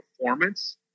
performance